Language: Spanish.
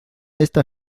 esta